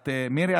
מירי,